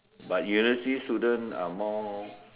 but university student are more